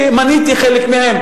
שמניתי חלק מהם,